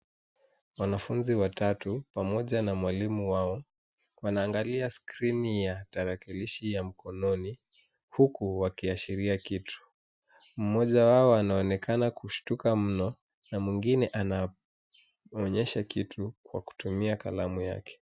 Wanafunzi watatu pamoja na mwalimu wao wanaangalia skrini ya tarakilishi ya mkononi, huku wakiashiria kitu. Mmoja wao anaonekana kushtuka mno, na mwingine anaonyesha kitu kwa kutumia kalamu yake.